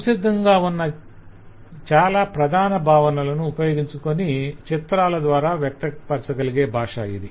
సంసిద్ధంగా ఉన్న చాలా ప్రధాన భావనలను ఉపయోగించుకుని చిత్రాల ద్వారా వ్యక్తపరచగలిగే భాష ఇది